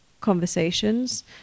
conversations